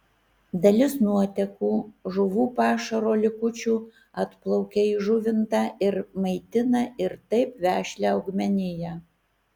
dalis nuotekų žuvų pašaro likučių atplaukia į žuvintą ir maitina ir taip vešlią augmeniją